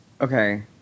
Okay